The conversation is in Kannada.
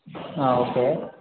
ಹಾಂ ಓಕೇ